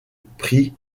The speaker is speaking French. prix